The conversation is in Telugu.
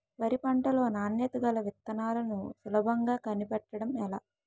వరి పంట లో నాణ్యత గల విత్తనాలను సులభంగా కనిపెట్టడం ఎలా?